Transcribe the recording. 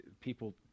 people